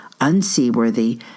unseaworthy